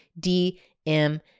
DM